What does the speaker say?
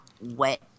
wet